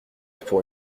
pour